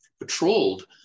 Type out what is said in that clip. patrolled